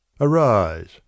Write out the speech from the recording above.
Arise